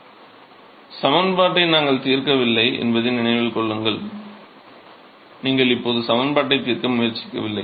எனவே சமன்பாட்டை நாங்கள் தீர்க்கவில்லை என்பதை நினைவில் கொள்ளுங்கள் நீங்கள் இப்போது சமன்பாட்டை தீர்க்க முயற்சிக்கவில்லை